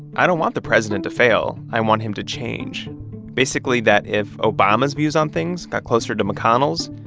i don't want the president to fail, i want him to change basically that if obama's views on things got closer to mcconnell's,